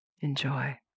Enjoy